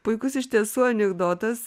puikus iš tiesų anikdotas